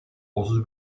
otuz